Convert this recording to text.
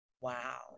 wow